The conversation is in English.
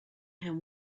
him